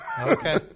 Okay